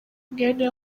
mwene